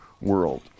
world